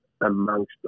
amongst